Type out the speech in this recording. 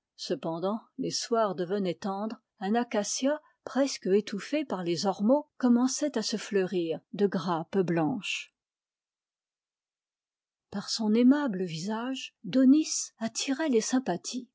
cependant les soirs devenaient tendres un acacia presque étouffé par les ormeaux commençait à se fleurir de grappes blanches par son aimable visage daunis attirait les sympathies